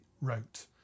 wrote